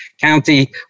county